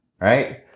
right